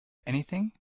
anything